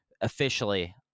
officially